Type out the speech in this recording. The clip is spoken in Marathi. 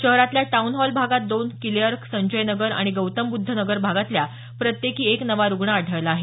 शहरातील टाऊन हॉल भागात दोन किले अर्क संजय नगर आणि गौतमबुद्धनगर भागातील प्रत्येकी एक नवा रुग्ण आढळला आहे